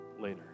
later